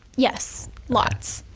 yes lots.